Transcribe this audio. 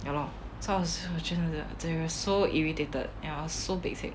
so I was 觉得真的 so irritated so pekcek